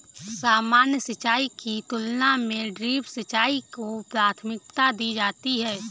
सामान्य सिंचाई की तुलना में ड्रिप सिंचाई को प्राथमिकता दी जाती है